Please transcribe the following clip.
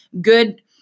Good